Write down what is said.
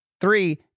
three